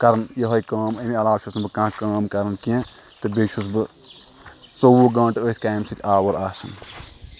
کَران یِہوٚے کٲم اَمہِ علاوٕ چھُس نہٕ بہٕ کانٛہہ کٲم کَران کیٚنٛہہ تہٕ بیٚیہِ چھُس بہٕ ژوٚوُہ گٲنٛٹہٕ أتھۍ کامہِ سۭتۍ آوُر آسان